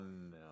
no